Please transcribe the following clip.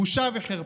בושה וחרפה.